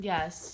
Yes